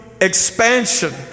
expansion